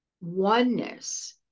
oneness